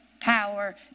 power